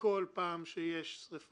שישנם רק 170,